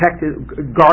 guard